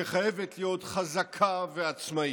שחייבת להיות חזקה ועצמאית.